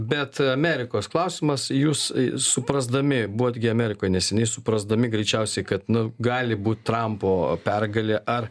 bet amerikos klausimas jūs suprasdami buvot gi amerikoj neseniai suprasdami greičiausiai kad na gali būt trampo pergalė ar